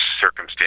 circumstance